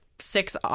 six